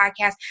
podcast